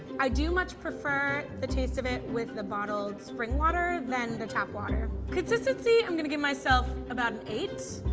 i do much prefer the taste of it with the bottled spring water than the tap water. consistency, i'm gonna give myself about an eight,